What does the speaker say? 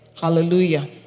hallelujah